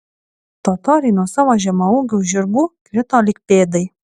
totoriai nuo savo žemaūgių žirgų krito lyg pėdai